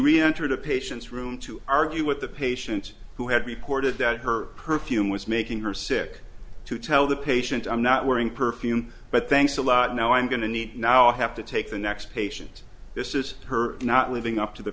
reentered a patient's room to argue with the patient who had reported that her perfume was making her sick to tell the patient i'm not wearing perfume but thanks a lot now i'm going to need now i have to take the next patient this is her not living up to the